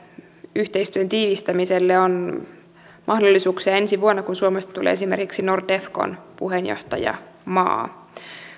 yhteistyön tiivistämiselle on mahdollisuuksia ensi vuonna kun suomesta tulee esimerkiksi nordefcon puheenjohtajamaa